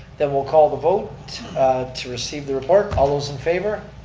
then we'll call the vote to receive the report. all those in favor?